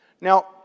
Now